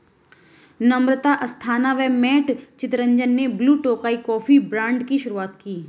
नम्रता अस्थाना व मैट चितरंजन ने Blue Tokai coffee brand की शुरुआत की